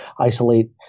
isolate